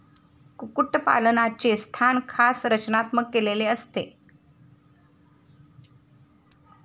कुक्कुटपालनाचे स्थान खास रचनात्मक केलेले असते